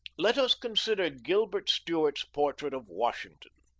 let us consider gilbert stuart's portrait of washington.